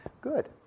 Good